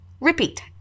Repeat